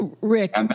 Rick